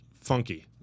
funky